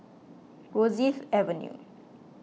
Rosyth Avenue